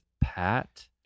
pat